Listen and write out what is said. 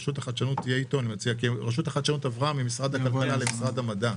כי רשות החדשנות עברה ממשרד הכלכלה למשרד המדע.